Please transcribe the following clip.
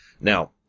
now